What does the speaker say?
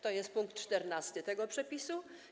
To jest pkt 14 tego przepisu.